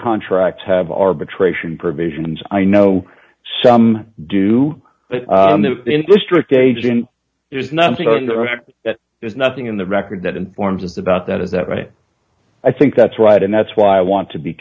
contracts have arbitration provisions i know some do but in district agent there's nothing there's nothing in the record that informs of the bout that of that right i think that's right and that's why i want to be